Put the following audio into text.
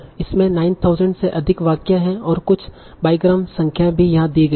इसमें 9000 से अधिक वाक्य है और कुछ बाईग्राम संख्याएँ भी यहाँ दी गई हैं